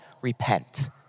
repent